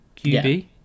QB